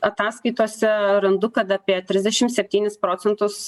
ataskaitose randu kad apie trisdešim septynis procentus